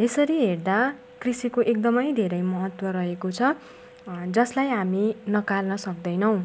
यसरी हेर्दा कृषिको एकदमै धेरै महत्त्व रहेको छ जसलाई हामी नकार्न सक्दैनौँ